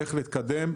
איך להתקדם,